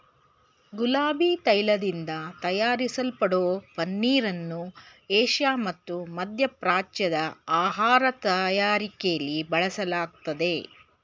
ಗುಲಾಬಿ ತೈಲದಿಂದ ತಯಾರಿಸಲ್ಪಡೋ ಪನ್ನೀರನ್ನು ಏಷ್ಯಾ ಮತ್ತು ಮಧ್ಯಪ್ರಾಚ್ಯದ ಆಹಾರ ತಯಾರಿಕೆಲಿ ಬಳಸಲಾಗ್ತದೆ